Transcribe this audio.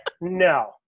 no